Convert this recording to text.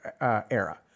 era